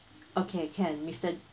okay can mister